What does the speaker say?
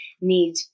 need